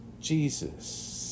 Jesus